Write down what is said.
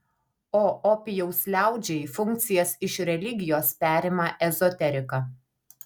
o opijaus liaudžiai funkcijas iš religijos perima ezoterika